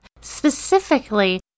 specifically